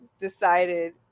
decided